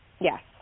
Yes